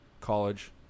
college